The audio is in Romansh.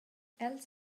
els